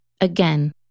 Again